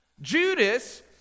Judas